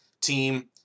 team